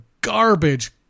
garbage